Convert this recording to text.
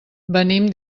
venim